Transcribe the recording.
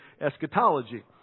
eschatology